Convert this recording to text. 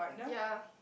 ya